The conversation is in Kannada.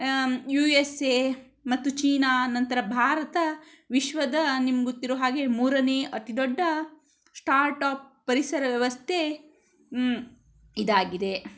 ಆ ಯು ಎಸ್ ಎ ಮತ್ತು ಚೀನಾ ನಂತರ ಭಾರತ ವಿಶ್ವದ ನಿಮ್ಗೊತ್ತಿರೋ ಹಾಗೆ ಮೂರನೇ ಅತಿ ದೊಡ್ಡ ಸ್ಟಾಟ್ ಆಫ್ ಪರಿಸರ ವ್ಯವಸ್ಥೆ ಇದಾಗಿದೆ